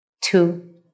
Two